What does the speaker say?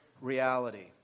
reality